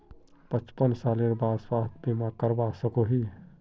पचपन सालेर बाद स्वास्थ्य बीमा करवा सकोहो ही?